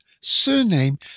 surname